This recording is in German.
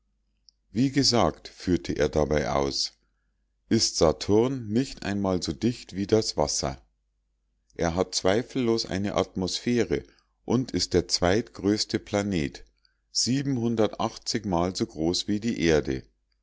wie gesagt führte er dabei aus ist saturn nicht einmal so dicht wie das wasser er hat zweifellos eine atmosphäre und ist der zweitgrößte planet mal so groß wie die erde